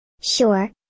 Sure